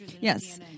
Yes